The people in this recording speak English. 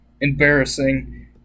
embarrassing